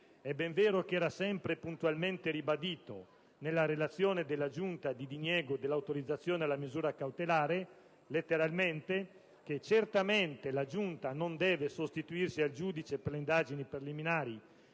È ben vero che era sempre puntualmente ribadito, nella relazione della Giunta di diniego dell'autorizzazione alla misura cautelare, che «Certamente la Giunta non deve sostituirsi al giudice per le indagini preliminari